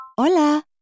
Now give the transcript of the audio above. Hola